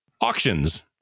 Auctions